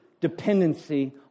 dependency